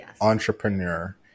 entrepreneur